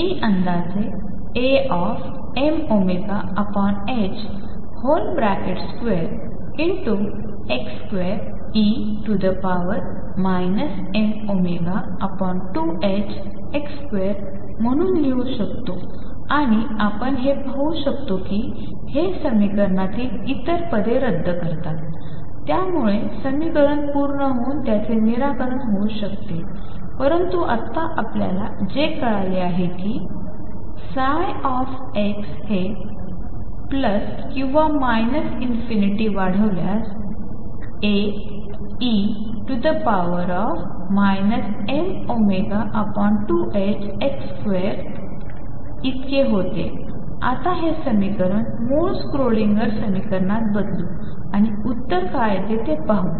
मी अंदाजे Amω2x2e mω2ℏx2 म्हणून लिहू शकतो आणि आपण हे पाहू शकता की हे समीकरणातील इतर पद रद्द करते त्यामुळे समीकरण पूर्ण होऊन त्याचे निराकरण होऊ शकते परंतु आत्ता आपल्याला जे कळले आहे कीψ हे किंवा ∞ वाढवल्यास Ae mω2ℏx2A इतके होते आता हे समीकरण मूळ स्क्रोडिंगरसमीकरणात बदलू आणि उत्तर काय आहे ते पाहू